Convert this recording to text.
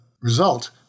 result